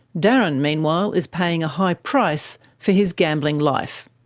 darren, meanwhile, is paying a high price for his gambling life.